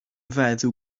feddw